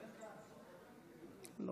אלעזר שטרן (יש עתיד): אני כאן.